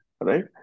right